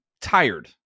tired